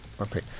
Okay